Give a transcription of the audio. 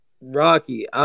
Rocky